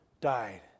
died